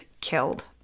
killed